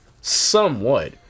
somewhat